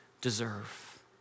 deserve